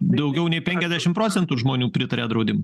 daugiau nei penkiasdešim procentų žmonių pritaria draudim